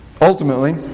Ultimately